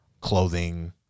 clothing